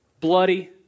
bloody